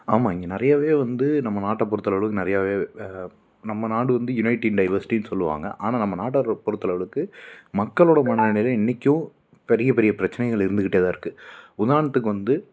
ஆமாம் இங்கே நிறையாவே வந்து நம்ம நாட்டை பொறுத்த அளவுலக்கு நிறையாவே நம்ம நாடு வந்து யுனைட்டி டைவர்ஸிட்டின்னு சொல்லுவாங்கள் ஆனால் நம்ம நாடாரு பொறுத்த அளவுலக்கு மக்களோட மனநிலையில் இன்றைக்கும் பெரிய பெரிய பிரச்சனைகள் இருந்துக்கிட்டே தான் இருக்குது உதாரணத்துக்கு வந்து